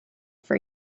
for